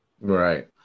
Right